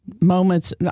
moments